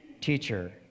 Teacher